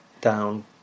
Down